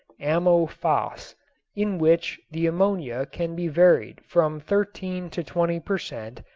ammo-phos, in which the ammonia can be varied from thirteen to twenty per cent.